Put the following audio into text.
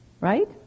right